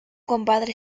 compadre